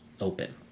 open